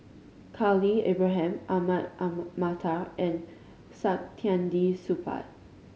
Khalil Ibrahim Ahmad Mattar and Saktiandi Supaat